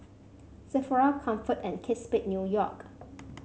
Sephora Comfort and Kate Spade New York